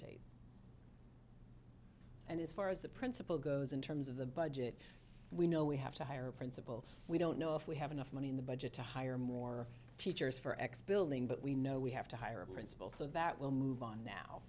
date and as far as the principal goes in terms of the budget we know we have to hire a principal we don't know if we have enough money in the budget to hire more teachers for x building but we know we have to hire a principal so that we'll move on now